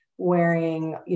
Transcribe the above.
Wearing